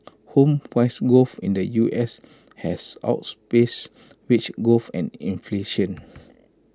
home price growth in the U S has wage growth and inflation